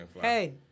Hey